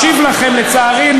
השיב לכם, לצערי.